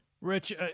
Rich